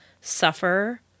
suffer